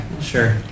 sure